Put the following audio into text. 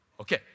Okay